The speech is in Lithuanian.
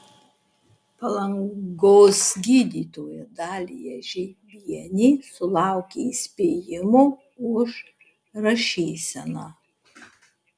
palangos gydytoja dalija žeibienė sulaukė įspėjimo už rašyseną